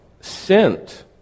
sent